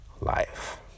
life